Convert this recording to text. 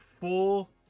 full